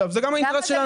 זה גם האינטרס שלנו.